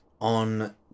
on